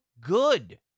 good